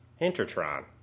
intertron